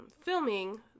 filming